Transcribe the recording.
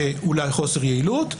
אולי בחוסר יעילות.